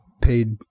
paid